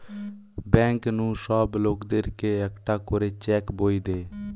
bank নু সব লোকদের কে একটা করে চেক বই দে